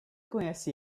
conhece